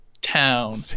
town